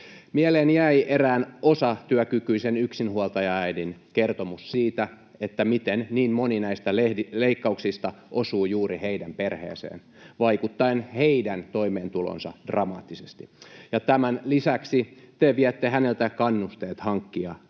Mieleeni jäi erään osatyökykyisen yksinhuoltajaäidin kertomus siitä, miten niin moni näistä leikkauksista osuu juuri heidän perheeseensä vaikuttaen heidän toimeentuloonsa dramaattisesti, ja tämän lisäksi te viette häneltä kannusteet hankkia